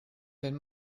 wenn